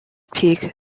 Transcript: peak